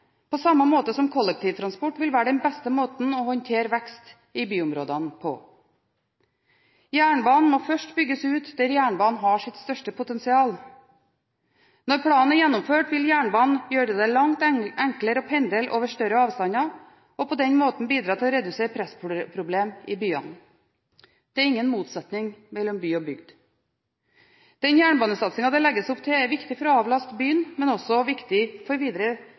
på samme måte som kollektivtransport vil være den beste måte å håndtere veksten i byområdene på. Jernbanen må først bygges ut der jernbanen har sitt største potensial. Når planen er gjennomført, vil jernbanen gjøre det langt enklere å pendle over større avstander og på den måten bidra til å redusere pressproblemer i byene. Det er ingen motsetning mellom by og bygd. Den jernbanesatsingen det legges opp til, er viktig for å avlaste byene, men også viktig for videre